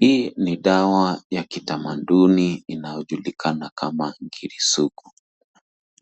Hii ni dawa ya kitamaduni inayojulikana kama Ngiri Sugu.